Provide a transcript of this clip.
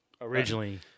originally